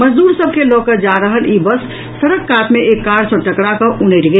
मजदूर सभ के लऽ कऽ जा रहल ई बस सड़क कात मे एक कार सँ टकरा कऽ उनटि गेल